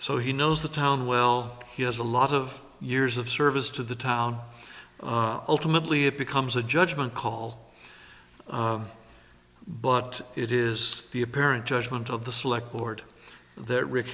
so he knows the town well he has a lot of years of service to the town ultimately it becomes a judgement call but it is the apparent judgment of the select board that ric